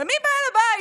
ומי בעל הבית?